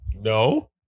No